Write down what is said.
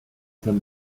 san